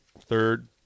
Third